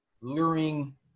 luring